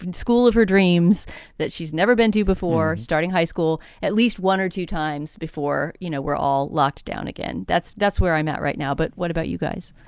school of her dreams that she's never been to before, starting high school at least one or two times before. you know, we're all locked down again. that's that's where i'm at right now. but what about you guys?